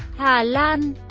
ha lan